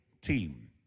team